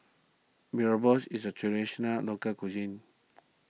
Mee Rebus is a Traditional Local Cuisine